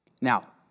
Now